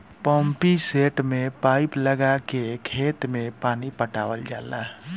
pumpset में pipe लगा के खेत में पानी पटावल जाला